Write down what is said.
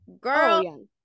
Girl